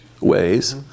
ways